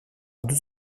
deux